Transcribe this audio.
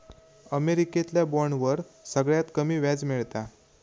अमेरिकेतल्या बॉन्डवर सगळ्यात कमी व्याज मिळता